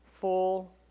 full